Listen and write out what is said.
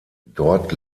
dort